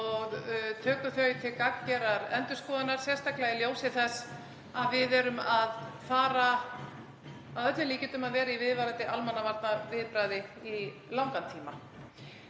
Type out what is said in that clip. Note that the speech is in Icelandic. og tökum þau til gagngerrar endurskoðunar, sérstaklega í ljósi þess að við erum að öllum líkindum að fara að vera í viðvarandi almannavarnaviðbragði í langan tíma.